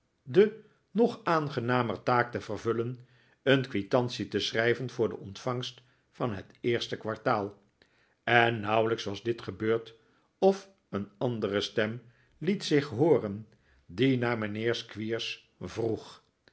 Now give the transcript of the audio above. de nog aangenamer taak te vervullen een quitantie te schrijven voor de ontvangst van het eerste kwartaal en nauwelijks was dit gebeurd of een andere stem liet zich hooren die naar mijnheer squeers vroeg